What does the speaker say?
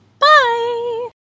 Bye